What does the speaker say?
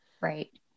Right